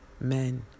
men